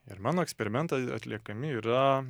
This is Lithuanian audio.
ir mano eksperimentai atliekami yra